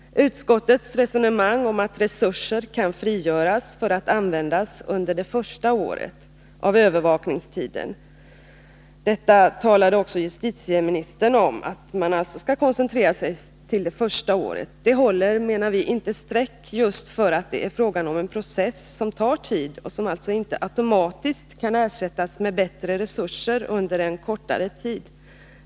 Utskottets resonemang om att resurser kan frigöras för att användas under det första året av övervakningstiden — det talade också justitieministern om — håller alltså inte streck just på grund av att det här är fråga om en process som tar tid och som alltså inte automatiskt kan ersättas med bättre resurser under en kortare tid.